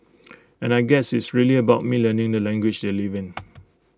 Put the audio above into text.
and I guess it's really about me learning the language they live in